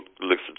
listen